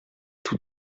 tout